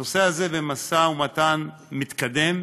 הנושא הזה במשא-ומתן מתקדם